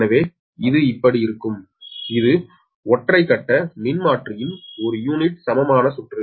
எனவே இது இப்படி இருக்கும் இது ஒற்றை கட்ட மின்மாற்றியின் ஒரு யூனிட் சமமான சுற்று